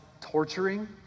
torturing